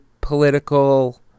political